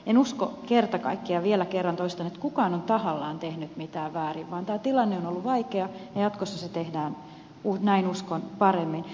en usko kerta kaikkiaan vielä kerran toistan että kukaan on tahallaan tehnyt mitään väärin vaan tämä tilanne on ollut vaikea ja jatkossa se tehdään näin uskon paremmin